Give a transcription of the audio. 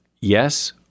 yes